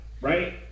right